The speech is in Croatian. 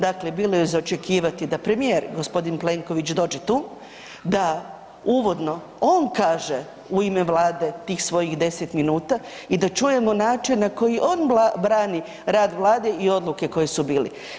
Dakle, bilo je za očekivati da premijer gospodin Plenović dođe tu, da uvodno on kaže u ime Vlade tih svojih 10 minuta i da čujemo način na koji on brani rad Vlade i odluke koje su bili.